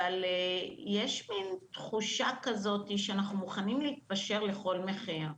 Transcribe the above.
אבל יש מין תחושה כזאת שאנחנו מוכנים להתפשר בכל מחיר.